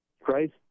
Christ